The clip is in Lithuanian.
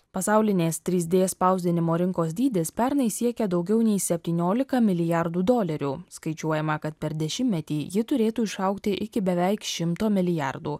pasaulinės trys d spausdinimo rinkos dydis pernai siekė daugiau nei septyniolika milijardų dolerių skaičiuojama kad per dešimtmetį ji turėtų išaugti iki beveik šimto milijardų